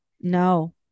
No